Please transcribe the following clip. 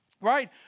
right